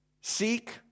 Seek